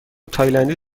تایلندی